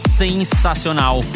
sensacional